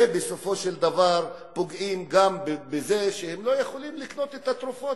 ובסופו של דבר פוגעים גם בזה שהם לא יכולים לקנות את התרופות,